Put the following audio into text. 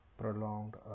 prolonged